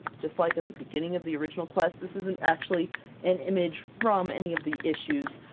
just like at the beginning of the original quest. this isn't actually an image from any of the issues,